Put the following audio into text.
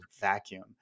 vacuum